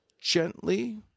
gently